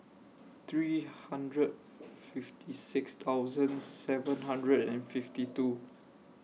three hundred fifty six thousand seven hundred and fifty two